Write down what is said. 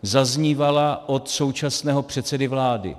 Zaznívala od současného předsedy vlády.